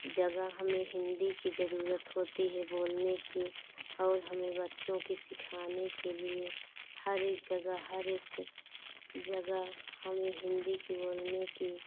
जगह हमें हिन्दी की ज़रूरत होती है बोलने की और हमें बच्चों के सिखाने के लिए हर एक जगह हर एक जगह हमें हिन्दी के बोलने की